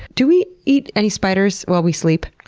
do we eat any spiders while we sleep?